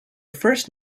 first